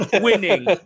winning